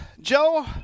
Joe